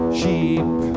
sheep